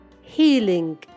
Healing